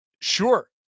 Sure